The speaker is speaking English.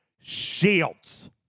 shields